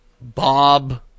Bob